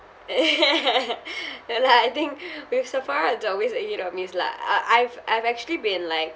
no lah I think with Sephora it's always a hit or miss lah uh I've I've actually been like